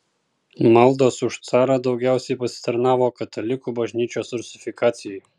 maldos už carą daugiausiai pasitarnavo katalikų bažnyčios rusifikacijai